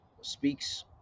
speaks